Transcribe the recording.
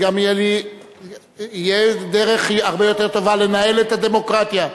גם יהיה לי תהיה דרך הרבה יותר טובה לנהל את הדמוקרטיה.